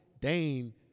Dane